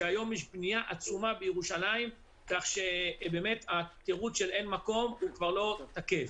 היום יש בניה עצומה בירושלים כך שבאמת התירוץ של אין מקום כבר לא תקף.